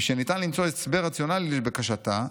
משניתן למצוא הסבר רציונלי לבקשתה,